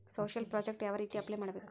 Social project ಯಾವ ರೇತಿ apply ಮಾಡಬೇಕು?